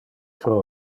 pro